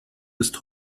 ist